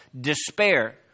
despair